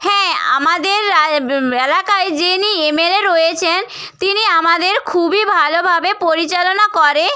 হ্যাঁ আমাদের এলাকায় যিনি এমএলএ রয়েছেন তিনি আমাদের খুবই ভালোভাবে পরিচালনা করে